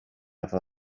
efo